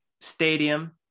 Stadium